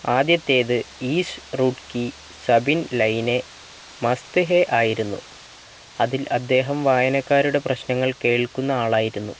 ആദ്യത്തേത് ഈസ് റൂട്ട് കി സബിൻ ലൈനെ മസ്ത് ഹേ ആയിരുന്നു അതിൽ അദ്ദേഹം വായനക്കാരുടെ പ്രശ്നങ്ങൾ കേൾക്കുന്ന ആളായിരുന്നു